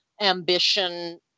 ambition